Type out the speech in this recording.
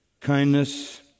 kindness